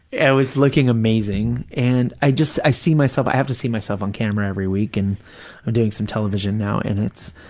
i was looking amazing, and i just, i see myself, i have to see myself on camera every week and i'm doing some television now, and it's,